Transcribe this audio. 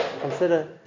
consider